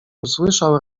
usłyszał